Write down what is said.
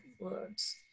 words